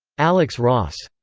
alex ross,